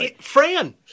Fran